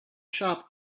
shop